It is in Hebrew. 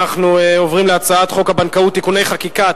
אנחנו עוברים להצעת חוק הבנקאות (תיקוני חקיקה),